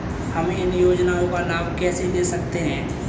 हम इन योजनाओं का लाभ कैसे ले सकते हैं?